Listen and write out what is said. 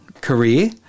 career